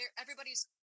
everybody's